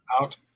out